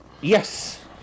Yes